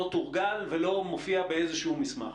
לא תורגל ולא מופיע באיזשהו מסמך?